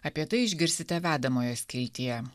apie tai išgirsite vedamoje skiltyje